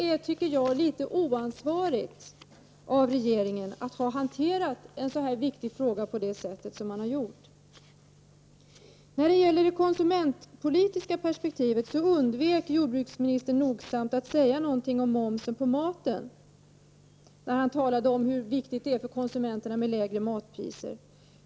Jag tycker att det är litet oansvarigt av regeringen att hantera en så pass viktig fråga på det sätt som man har gjort. Jordbruksministern undvek nogsamt att säga någonting om momsen på maten när han talade om hur viktigt det är för konsumenterna med lägre matpriser.